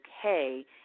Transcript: okay